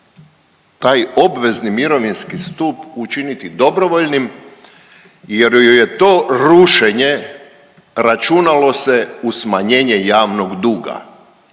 taj obvezni mirovinski stup učiniti dobrovoljnim jer ju je to rušenje računalo se u smanjenje javnog duga.